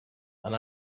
and